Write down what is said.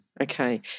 okay